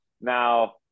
now